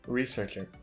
researcher